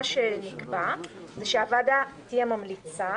נקבע שהוועדה תהיה ממליצה,